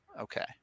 Okay